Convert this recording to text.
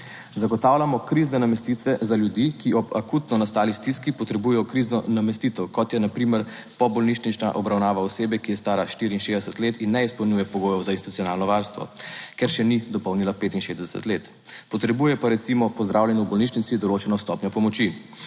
Zagotavljamo krizne namestitve za ljudi, ki ob akutno nastali stiski potrebujejo krizno namestitev, kot je na primer pobolnišnična obravnava osebe, ki je stara 64 let in ne izpolnjuje pogojev za institucionalno varstvo, ker še ni dopolnila 65 let. Potrebuje pa recimo po zdravljenju v bolnišnici določeno stopnjo pomoči.